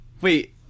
wait